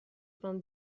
vingt